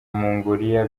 mongolia